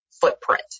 footprint